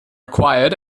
acquired